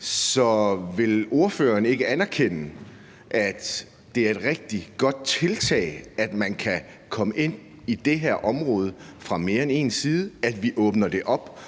Så vil ordføreren ikke anerkende, at det er et rigtig godt tiltag, at man kan komme ind i det her område fra mere end én side, og at vi åbner det op